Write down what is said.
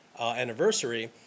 anniversary